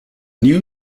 new